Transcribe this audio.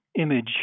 image